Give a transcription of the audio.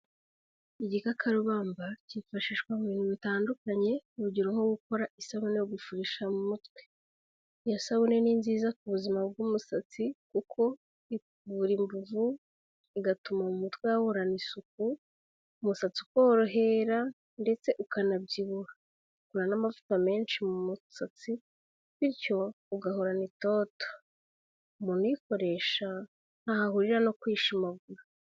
Igikakarubamba cyifashishwa mu bintu bitandukanye, urugero nko gukora isabune yo gufurisha mu mutwe. Iyo sabune ni nziza ku buzima bw'umusatsi, kuko ivura imvuvu, igatuma mu mutwe hahorana isuku, umusatsi ukorohera ndetse ukanabyibuha. Ugura n'amavuta menshi mu musatsi, bityo ugahorana itoto. Umuntu uyikoresha ,ntaho ahurira no kwishimagura.